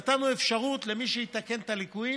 ונתנו אפשרות שמי שיתקן את הליקויים,